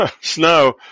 snow